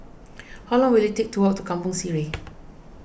how long will it take to walk to Kampong Sireh